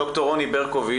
ד"ר רוני ברקוביץ,